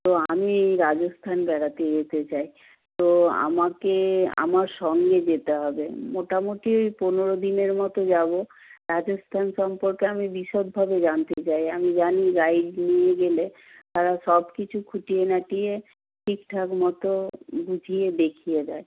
তো আমি রাজস্থান বেড়াতে যেতে চাই তো আমাকে আমার সঙ্গে যেতে হবে মোটামুটি ওই পনেরো দিনের মতো যাব রাজস্থান সম্পর্কে আমি বিশদভাবে জানতে চাই আমি জানি গাইড নিয়ে গেলে তারা সবকিছু খুঁটিয়ে নাটিয়ে ঠিকঠাক মতো বুঝিয়ে দেখিয়ে দেয়